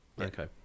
Okay